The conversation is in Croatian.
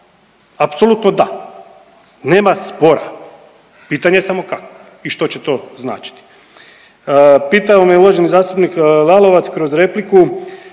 Apsolutno da nema spora pitanje je samo kako i što će to značiti. Pitao me uvaženi zastupnik Lalovac kroz repliku